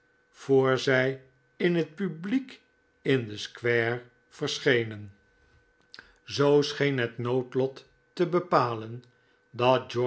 voor zij in het publiek in de square verschenen zoo scheen het noodlot te bepalen